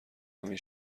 همین